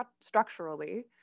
structurally